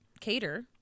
cater